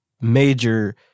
major